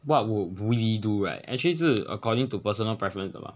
what would we do right actually 是 according to personal preference 的吗